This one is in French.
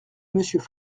monsieur